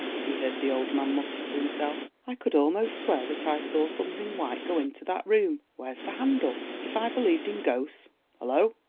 he heard the old man mutter to himself i could almost swear that i saw something white go into that room. where's the handle? if i believed in ghosts hullo!